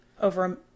over